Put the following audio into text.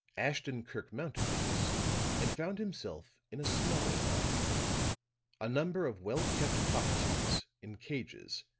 ashton-kirk mounted these and found himself in a smaller loft a number of well-kept cockatoos, in cages,